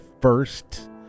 first